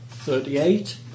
Thirty-eight